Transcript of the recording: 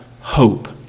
hope